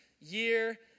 year